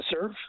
serve